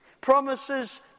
Promises